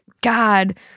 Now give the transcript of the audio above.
God